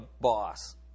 boss